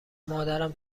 مادرم